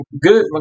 good